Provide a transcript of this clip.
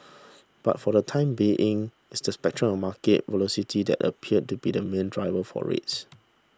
but for the time being it's the spectre of market volatility that appears to be the main driver for rates